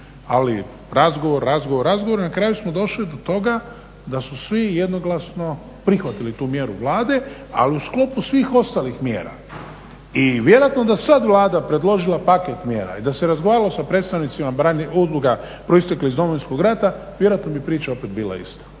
ali razgovor, razgovor, razgovor. Na kraju smo došli do toga da su svi jednoglasno prihvatili tu mjeru Vlade al u sklopu svih ostalim mjera i vjerojatno da sad Vlada predložila paket mjera i da se razgovaralo sa predstavnicima udruga proisteklih iz Domovinskog rata vjerojatno bi priča bila opet ista.